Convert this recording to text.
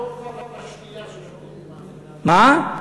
תעבור כבר לשתייה ששותים, מה?